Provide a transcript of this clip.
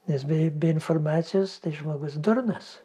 nes be be informacijos tai žmogus durnas